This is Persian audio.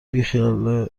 بیخیال